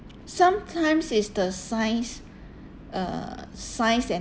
sometimes it's the size uh size and